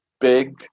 big